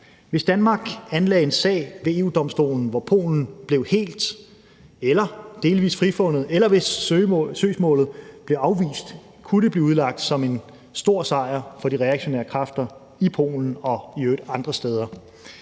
Hvis Danmark anlagde en sag ved EU-Domstolen, hvor Polen blev helt eller delvis frifundet, eller hvis søgsmålet blev afvist, kunne det blive udlagt som en stor sejr for de reaktionære kræfter i Polen og i øvrigt andre steder.